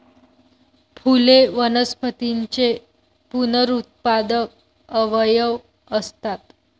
फुले वनस्पतींचे पुनरुत्पादक अवयव असतात